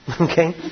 okay